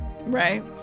right